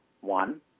One